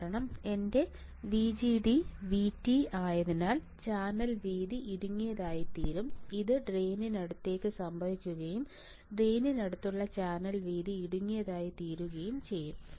കാരണം എന്റെ VDG VT ആയതിനാൽ ചാനൽ വീതി ഇടുങ്ങിയതായിത്തീരും ഇത് ഡ്രെയിനിനടുത്ത് സംഭവിക്കുകയും ഡ്രെയിനിനടുത്തുള്ള ചാനൽ വീതി ഇടുങ്ങിയതായിത്തീരുകയും ചെയ്യും